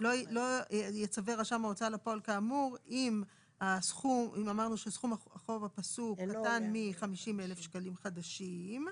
לא יצווה רשם ההוצאה לפועל כאמור אם קטן מ-50,000 שקלים חדשים.